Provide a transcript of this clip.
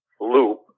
loop